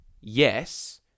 yes